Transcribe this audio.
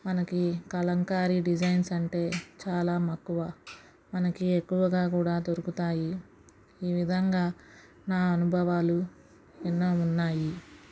మనకి కలంకారీ డిజైన్స్ అంటే చాలా మక్కువ మనకి ఎక్కువగా కూడా దొరుకుతాయి ఈ విధంగా నా అనుభవాలు ఎన్నో ఉన్నాయి